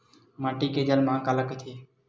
माटी के जलमांग काला कइथे?